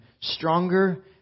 stronger